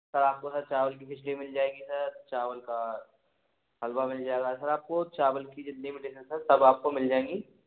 sir आपको sir चावल की खिचड़ी मिल जाएगी सर चावल का हलवा मिल जाएगा सर आपको चावल की जितनी भी डिसेस हैं सब आपको मिल जाएंगी